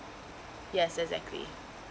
yes exactly